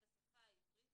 בשפה העברית,